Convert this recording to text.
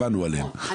שמענו עליהן,